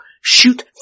shoot